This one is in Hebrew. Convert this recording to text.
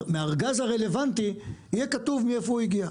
מהארגז הרלוונטי יהיה כתוב מאיפה הוא הגיע.